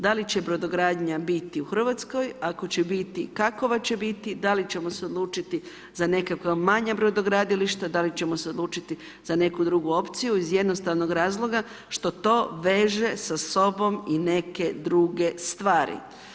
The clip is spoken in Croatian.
Da li će brodogradnja biti u Hrvatskoj, ako će biti, kakva će biti, da li ćemo se odlučiti za nekakva manja brodogradilišta, da li ćemo se odlučiti za neku drugu opciju iz jednostavnog razloga što to veže sa sobom i neke druge stvari.